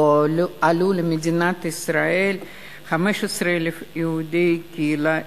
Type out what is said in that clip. שבו עלו למדינת ישראל 15,000 יהודי קהילת אתיופיה.